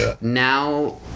now